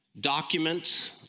documents